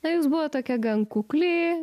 na jūs buvot tokia gan kukli